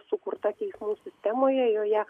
sukurta teismų sistemoje joje